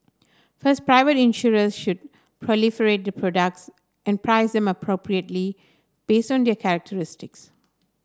first private insurers should proliferate their products and price them appropriately based on their characteristics